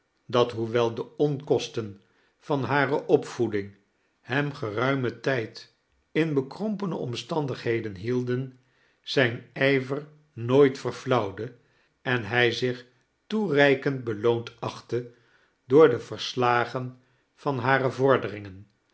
dat hoewel de onkosten van hare opvoeding hem geruimen tijd in bekrompene omstandigheden hielden zijn ijver nooit verflauwde en hij zich toereikend beloond achtte door de verslagen van hare vorderingen